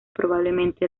probablemente